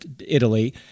Italy